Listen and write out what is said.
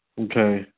Okay